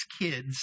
kids